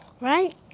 Right